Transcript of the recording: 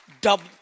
double